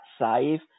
save